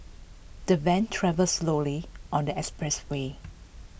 the van travelled slowly on the expressway